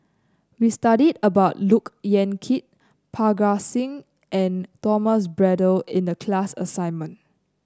we studied about Look Yan Kit Parga Singh and Thomas Braddell in the class assignment